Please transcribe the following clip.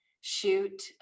shoot